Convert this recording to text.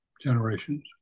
generations